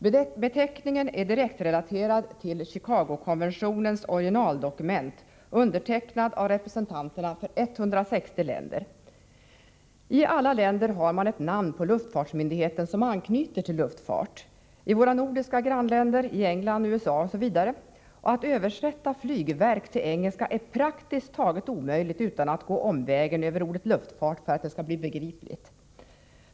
Beteckningen är direktrelaterad till I alla länder har man ett namn på luftfartsmyndigheten som anknyter till luftfart — i våra nordiska grannländer, i England, USA osv. Att översätta ”flygverk” till engelska är praktiskt taget omöjligt utan att gå omvägen över ordet luftfart för att det skall bli begripligt.